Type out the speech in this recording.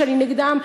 שאני נגדם,